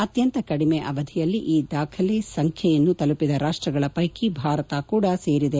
ಅತ್ಯಂತ ಕಡಿಮೆ ಅವಧಿಯಲ್ಲಿ ಈ ದಾಖಲೆ ಸಂಖ್ಯೆಯನ್ನು ತಲುಪಿದ ರಾಷ್ಟ್ಗಳ ಪೈಕಿ ಭಾರತ ಕೂಡ ಸೇರಿದೆ